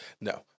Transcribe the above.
No